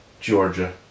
Georgia